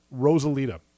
Rosalita